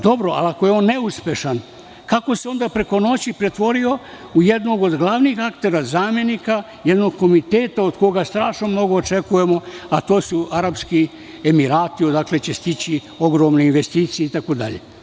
Dobro, ali ako je on neuspešan, kako se onda preko noći pretvorio u jednog od glavnih aktera zamenika jednog komiteta od koga strašno mnogo očekujemo, a to su Arapski Emirati, odakle će stići ogromne investicije itd?